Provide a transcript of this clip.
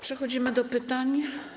Przechodzimy do pytań.